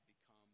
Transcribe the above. become